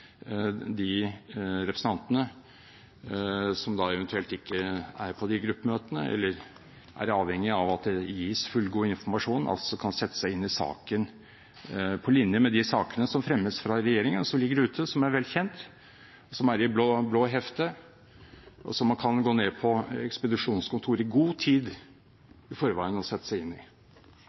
de representantene som eventuelt ikke er på de gruppemøtene, eller som er avhengig av at det gis fullgod informasjon, kan sette seg inn i saken – på lik linje med de sakene som fremmes av regjeringen og som ligger ute, som er vel kjent, som er i blå hefter, og som man i god tid i forveien kan gå ned på ekspedisjonskontoret og sette seg inn i.